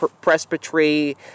presbytery